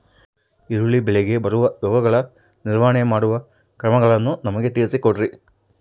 ಈರುಳ್ಳಿ ಬೆಳೆಗೆ ಬರುವ ರೋಗಗಳ ನಿರ್ವಹಣೆ ಮಾಡುವ ಕ್ರಮಗಳನ್ನು ನಮಗೆ ತಿಳಿಸಿ ಕೊಡ್ರಿ?